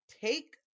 take